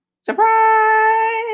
Surprise